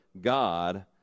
God